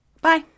Bye